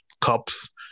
cups